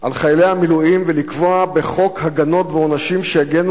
על חיילי המילואים ולקבוע בחוק הגנות ועונשים שיגנו